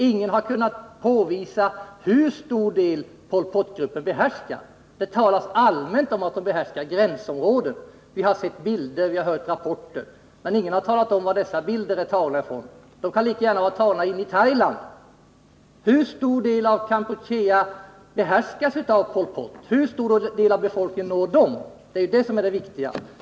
Ingen har kunnat visa hur stor del Pol Pot-gruppen behärskar. Det talas allmänt om att den behärskar gränsområden. Vi har sett bilder, och vi har hört rapporter. Men ingen har sagt var dessa bilder är tagna. De kan lika gärna vara tagna i Thailand. Hur stor del av Kampuchea behärskas av Pol Pot och hur stor del av befolkningen når den gruppen? Det är det som är det viktiga.